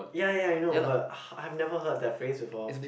ya ya you know but I have never heard that phrase before